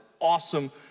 awesome